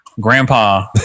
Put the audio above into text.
grandpa